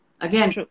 again